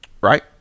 Right